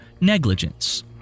negligence